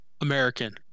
American